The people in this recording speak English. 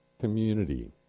community